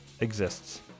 exists